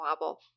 wobble